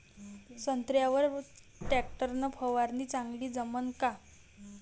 संत्र्यावर वर टॅक्टर न फवारनी चांगली जमन का?